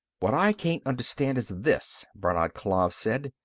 what i can't understand is this, brannad klav said.